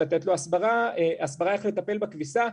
לתת לו הסברה איך לטפל בכביסה,